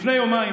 לפני יומיים,